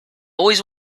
always